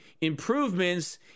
improvements